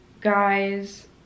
guys